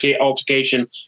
altercation